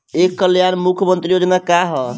ई कल्याण मुख्य्मंत्री योजना का है?